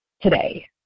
today